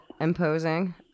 imposing